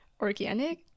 organic